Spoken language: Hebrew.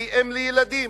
והיא אם לילדים.